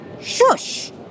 Shush